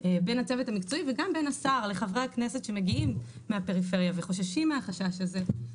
בין השר לחברי הכנסת שמגיעים מהפריפריה וחוששים מהחשש הזה.